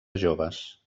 joves